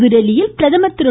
புதுதில்லியில் பிரதம் திரு